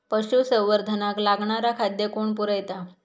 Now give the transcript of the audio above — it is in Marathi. पशुसंवर्धनाक लागणारा खादय कोण पुरयता?